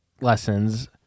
lessons